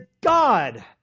God